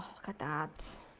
look at that!